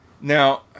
Now